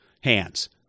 hands